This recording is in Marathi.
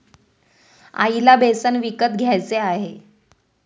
आईला बेसन विकत घ्यायचे आहे